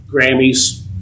Grammys